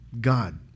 God